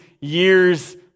years